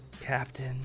Captain